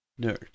Nerd